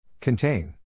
Contain